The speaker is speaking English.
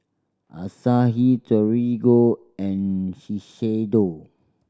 Asahi Torigo and Shiseido